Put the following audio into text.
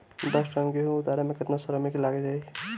दस टन गेहूं उतारे में केतना श्रमिक लग जाई?